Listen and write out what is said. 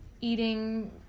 Eating